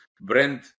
brand